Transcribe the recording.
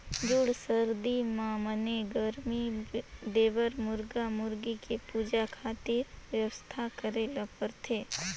जूड़ सरदी म बने गरमी देबर मुरगा मुरगी के चूजा खातिर बेवस्था करे ल परथे